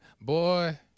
Boy